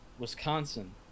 Wisconsin